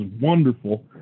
wonderful